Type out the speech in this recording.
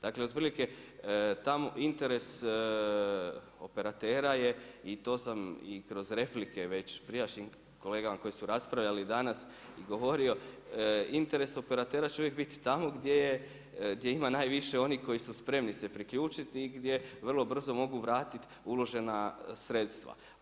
Dakle, otprilike tamo interes operatera i to sam i kroz replike već prijašnjim kolegama koji su raspravljali danas govorio, interes operatera će uvijek biti tamo gdje ima najviše onih koji su spremni se priključiti i gdje vrlo brzo mogu vratiti uložena sredstva.